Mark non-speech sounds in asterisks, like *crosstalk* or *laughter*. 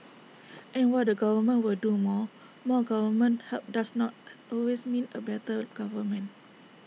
and while the government will do more more government help does not *noise* always mean A better government